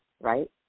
right